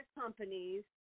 companies